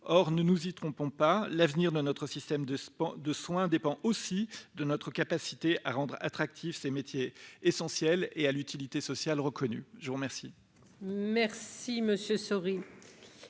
Or, ne nous y trompons pas, l'avenir de notre système de soins dépend aussi de notre capacité à rendre attractifs ces métiers essentiels dont l'utilité sociale est reconnue. En conclusion du